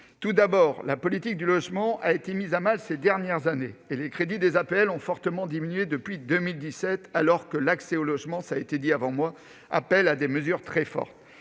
Tout d'abord, la politique du logement a été mise à mal ces dernières années. Les crédits des APL ont fortement diminué depuis 2017, alors que l'accès au logement implique que l'on prenne des mesures très fortes.